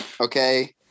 okay